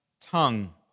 tongue